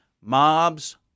Mobs